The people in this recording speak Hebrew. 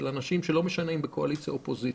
לא משנה קואליציה או אופוזיציה,